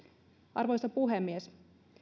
arvoisa puhemies